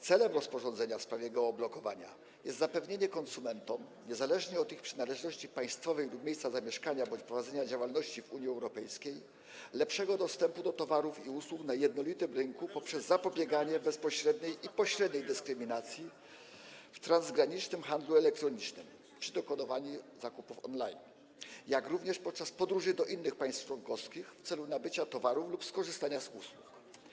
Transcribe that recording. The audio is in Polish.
Celem rozporządzenia w sprawie geoblokowania jest zapewnienie konsumentom, niezależnie od ich przynależności państwowej lub miejsca zamieszkania bądź prowadzenia działalności w Unii Europejskiej, lepszego dostępu do towarów i usług na jednolitym rynku poprzez zapobieganie bezpośredniej i pośredniej dyskryminacji w transgranicznym handlu elektronicznym, przy dokonywaniu zakupów on-line, jak również podczas podróży do innych państw członkowskich w celu nabycia towaru lub skorzystania z usług.